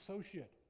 associate